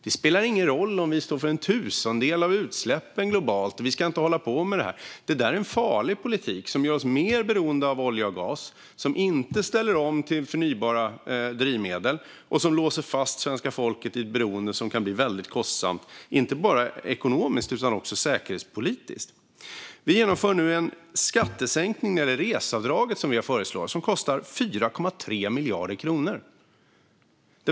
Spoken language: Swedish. Det spelar ingen roll om vi står för en tusendel av utsläppen globalt, och det sägs att vi inte ska hålla på med det där. Det är en farlig politik som gör oss mer beroende av olja och gas, som inte ställer om till förnybara drivmedel och som låser fast svenska folket i ett beroende som kan bli väldigt kostsamt inte bara ekonomiskt utan också säkerhetspolitiskt. Vi genomför nu en skattesänkning när det gäller reseavdraget, som vi har föreslagit, och som kostar 4,3 miljarder kronor.